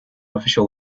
official